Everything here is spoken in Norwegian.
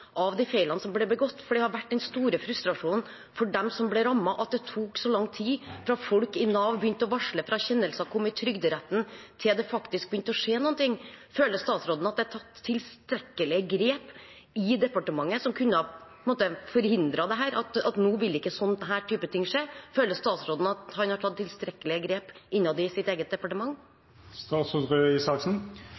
de feilene som ble begått, for det har vært den store frustrasjonen for dem som ble rammet, at det tok så lang tid fra folk i Nav begynte å varsle og kjennelsen kom i Trygderetten, til det faktisk begynte å skje noe. Føler statsråden at det er tatt tilstrekkelige grep i departementet som kunne ha forhindret dette, at nå ville ikke denne type ting skje? Føler statsråden at han har tatt tilstrekkelige grep innad i sitt eget departement?